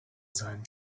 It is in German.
sein